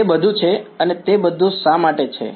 તે બધું છે અને તે બધું શા માટે છે